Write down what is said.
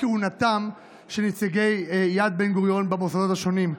כהונתם של נציגי יד בן-גוריון במוסדות השנים.